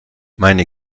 meine